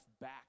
back